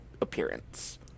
appearance